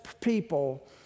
people